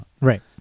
Right